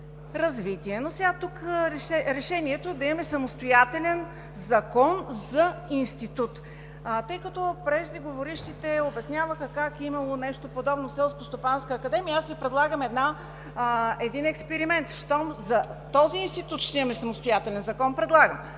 развитие. Сега за решението тук да имаме самостоятелен закон за институт. Тъй като преждеговорившите обясняваха как имало нещо подобно в Селскостопанската академия, аз Ви предлагам един експеримент. Щом за този институт ще имаме самостоятелен закон, предлагам